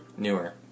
Newer